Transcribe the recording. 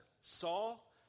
Saul